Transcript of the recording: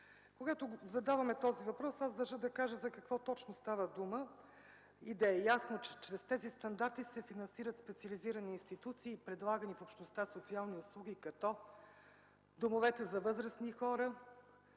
Когато задаваме този въпрос, аз държа да кажа за какво точно става дума и да е ясно, че чрез тези стандарти се финансират специализирани институции, предлагани в общността социални услуги, като домовете за възрастни хора